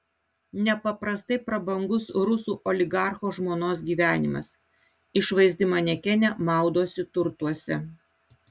nepaprastai prabangus rusų oligarcho žmonos gyvenimas išvaizdi manekenė maudosi turtuose